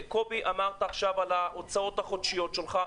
קובי, דיברת על ההוצאות החודשיות שלך.